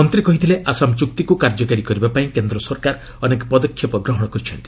ମନ୍ତ୍ରୀ କହିଥିଲେ ଆସାମ ଚୁକ୍ତିକୁ କାର୍ଯ୍ୟକାରୀ କରିବା ପାଇଁ କେନ୍ଦ୍ର ସରକାର ଅନେକ ପଦକ୍ଷେପ ଗ୍ରହଣ କରିଛନ୍ତି